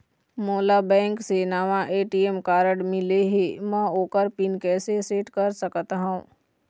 मोला बैंक से नावा ए.टी.एम कारड मिले हे, म ओकर पिन कैसे सेट कर सकत हव?